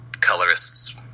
colorists